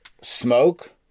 smoke